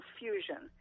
fusion